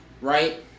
right